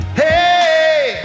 hey